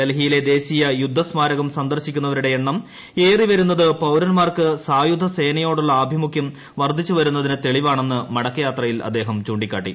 ഡൽഹിയിലെ ദേശീയ യുദ്ധ്യസ്മാരകം സന്ദർശിക്കുന്നവരുടെ എണ്ണം ഏറി വരുന്നത് പൌരൻമാർക്ക് സായു്ധസേനയോടുള്ള ആഭിമുഖ്യം വർദ്ധിച്ചുവരുന്നതിന് തെളിവാണെന്ന് മടക്കയാത്രയിൽ അദ്ദേഹം ചൂണ്ടിക്കാട്ടി